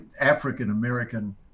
African-American